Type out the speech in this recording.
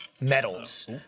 Medals